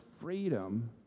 freedom